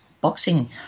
boxing